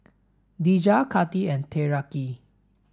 Dejah Katy and Tyreke